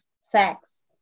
sex